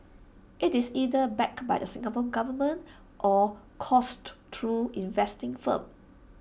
IT is either backed by the Singapore Government or coursed through investing firms